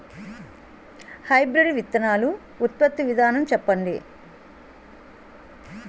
Hybrid విత్తనాలు ఉత్పత్తి విధానం చెప్పండి?